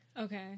Okay